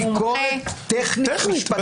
זאת ביקורת טכנית-מתמטית.